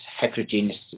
heterogeneous